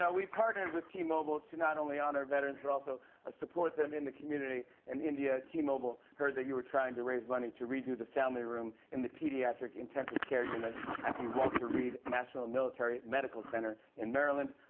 ah we partnered with t-mobile to not only honor veterans but also ah support them in the community. and, india, t-mobile heard that you were trying to raise money to redo the family room in the pediatric intensive care unit at the walter reed national military medical center in maryland.